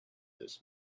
this